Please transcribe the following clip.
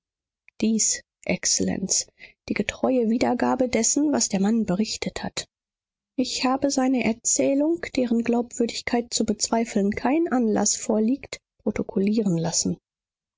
dies exzellenz die getreue wiedergabe dessen was der mann berichtet hat ich habe seine erzählung deren glaubwürdigkeit zu bezweifeln kein anlaß vorliegt protokollieren lassen